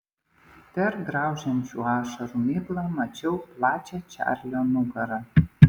per graužiančių ašarų miglą mačiau plačią čarlio nugarą